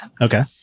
Okay